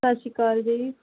ਸਤਿ ਸ਼੍ਰੀ ਅਕਾਲ ਜੀ